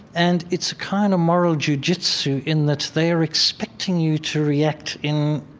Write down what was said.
and it's a kind of moral jujitsu in that they're expecting you to react in